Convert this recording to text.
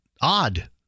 odd